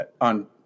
On